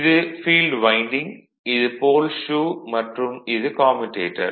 இது field winding இது pole shoe மற்றும் இது கம்யூடேட்டர்